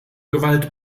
gewalt